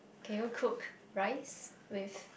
can you cook rice with